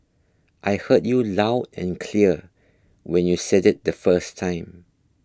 I heard you loud and clear when you said it the first time